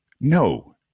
No